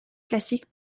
classic